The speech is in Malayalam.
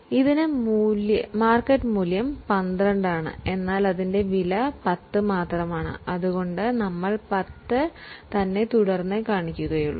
ഇൻവെന്ററിയുടെ മാർക്കറ്റ് വാല്യൂ 12000 ആണെങ്കിലുംഅതിൻ്റെ വിലയായ 10000 തന്നെ കാണിക്കും